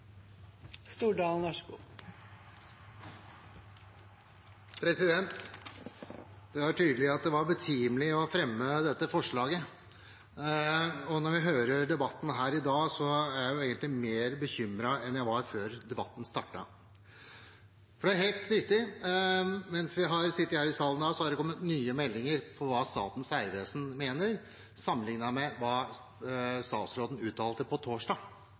Det er tydelig at det var betimelig å fremme dette forslaget, og når vi hører debatten her i dag, er jeg egentlig mer bekymret enn jeg var før debatten startet. For det er helt riktig: Mens vi har sittet her i salen i dag, har det kommet nye meldinger om hva Statens Vegvesen mener, sammenliknet med hva statsråden uttalte torsdag